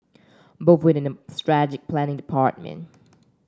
both worked in the strategic planning department